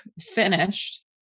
finished